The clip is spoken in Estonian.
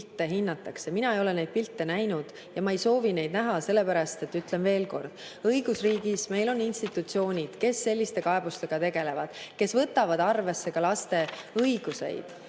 pilte hinnatakse. Mina ei ole neid pilte näinud ja ma ei soovi neid näha. Sellepärast ütlen veel kord, et õigusriigis on institutsioonid, kes selliste kaebustega tegelevad, kes võtavad arvesse ka laste õigusi.